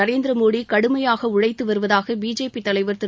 நரேந்திர மோடி கடுமையாக உழைத்து வருவதாக பிஜேபி தலைவர் திரு